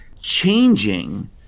changing